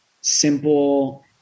simple